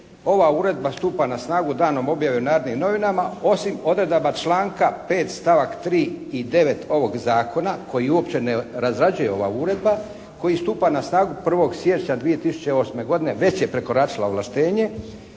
"ova uredba stupa na snagu danom objave u "Narodnim novinama" ovim odredaba članka 5. stavak 3. i 9. ovog Zakona", koji uopće ne razrađuje ova uredba, "koji stupa na snagu 1. siječnja 2008. godine". Već je prekoračila ovlaštenje